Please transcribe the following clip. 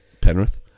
Penrith